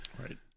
Right